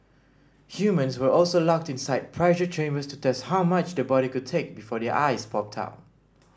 humans were also locked inside pressure chambers to test how much the body could take before their eyes popped out